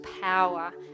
power